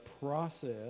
process